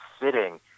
sitting